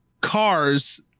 cars